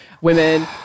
women